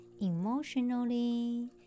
emotionally